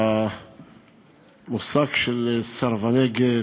המושג של סרבני גט,